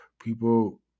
people